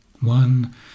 One